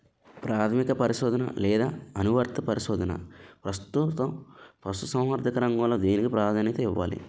ప్రాథమిక పరిశోధన లేదా అనువర్తిత పరిశోధన? ప్రస్తుతం పశుసంవర్ధక రంగంలో దేనికి ప్రాధాన్యత ఇవ్వాలి?